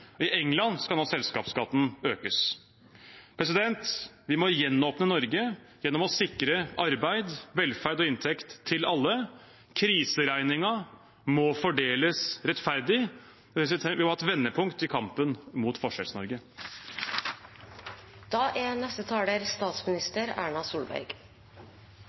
I England skal nå selskapsskatten økes. Vi må gjenåpne Norge gjennom å sikre arbeid, velferd og inntekt til alle. Kriseregningen må fordeles rettferdig. Vi må ha et vendepunkt i kampen mot Forskjells-Norge. Jeg vil takke for kommentarene. Jeg opplever en forståelse for at det er